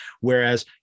Whereas